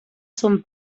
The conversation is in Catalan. son